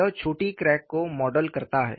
यह छोटी क्रैक को मॉडल करता है